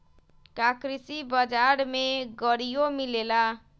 का कृषि बजार में गड़ियो मिलेला?